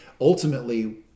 ultimately